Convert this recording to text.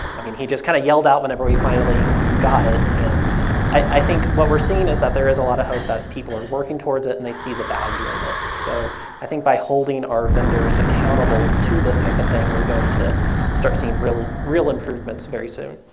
i mean, he just kind of yelled out whenever he finally got it and i think what we're seeing is that there is a lot of hope that people are working towards it and they see the value in this. so i think by holding our vendors accountable to this type of thing, we're going to start seeing real real improvements very soon.